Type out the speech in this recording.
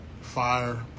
fire